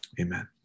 Amen